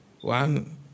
One